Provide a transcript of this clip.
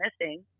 missing